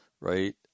Right